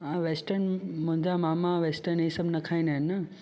western मुंहिंजा मामा वैस्टन इहे सभु न खाईंदा आहिनि न